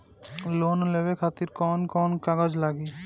Loan लेवे खातिर कौन कौन कागज लागी?